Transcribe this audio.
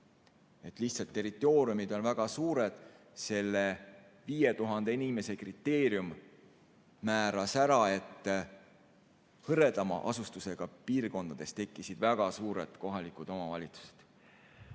Lihtsalt territooriumid on väga suured, see 5000 inimese kriteerium määras ära, et hõredama asustusega piirkondades tekkisid väga suured kohalikud omavalitsused.